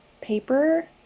paper